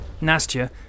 Nastya